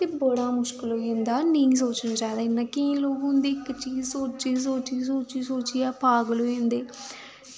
ते बड़ा मुश्कल होई जंदा नेईं सोचना चाहिदा केईं लोग होंदे कि जियां सोची सोची सोची सोचियै पागल होई जंदे